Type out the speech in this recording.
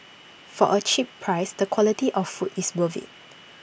for A cheap price the quality of food is worth IT